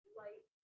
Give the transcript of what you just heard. light